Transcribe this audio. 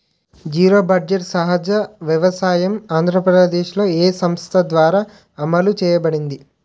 Zero budget సహజ వ్యవసాయం ఆంధ్రప్రదేశ్లో, ఏ సంస్థ ద్వారా అమలు చేయబడింది?